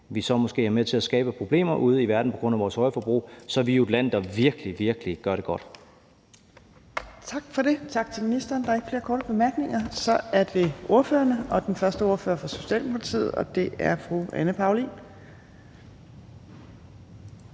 er med til at skabe problemer ude i verden på grund af vores høje forbrug, så må man sige, at vi jo er et land, der virkelig, virkelig gør det godt.